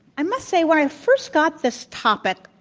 i must say, when i first got this topic,